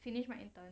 finished my intern